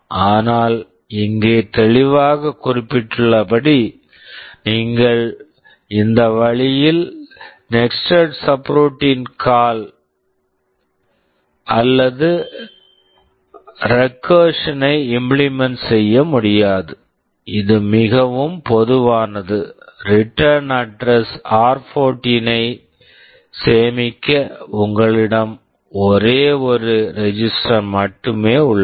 ஆனால் இங்கே தெளிவாக குறிப்பிட்டுள்ளபடி இந்த வழியில் நீங்கள் nested subroutine call nested subroutine call அல்லது ரெக்கர்ஸன் recursion ஐ இம்பிளிமென்ட் implement செய்ய முடியாது இது மிகவும் பொதுவானது ரிட்டர்ன் அட்ரஸ் return address ஆர்14 r14 ஐ சேமிக்க உங்களிடம் ஒரே ஒரு ரெஜிஸ்டர் register மட்டுமே உள்ளது